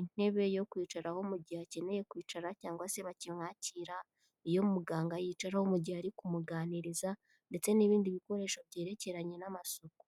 intebe yo kwicaraho mu gihe akeneye kwicara cyangwa se bakimwakira, iyo muganga yicaraho mu gihe ari kumuganiriza ndetse n'ibindi bikoresho byerekeranye n'amasuku.